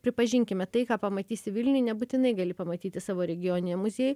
pripažinkime tai ką pamatysi vilniuj nebūtinai gali pamatyti savo regioniniam muziejuj